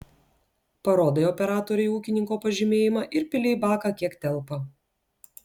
parodai operatoriui ūkininko pažymėjimą ir pili į baką kiek telpa